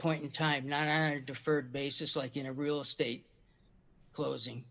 point in time not eric deferred basis like in a real estate closing